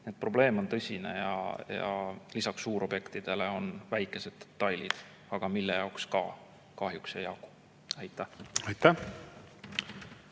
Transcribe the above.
Probleem on tõsine ja lisaks suurobjektidele on väikesed detailid, mille jaoks aga samuti kahjuks [raha] ei jagu. Aitäh!